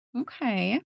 Okay